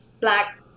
black